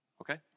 Okay